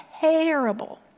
terrible